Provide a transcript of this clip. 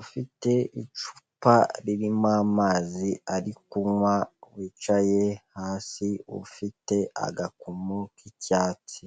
ufite icupa ririmo amazi ari kunywa, wicaye hasi ufite agakomo k'icyatsi.